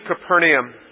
Capernaum